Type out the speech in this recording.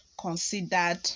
considered